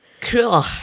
cool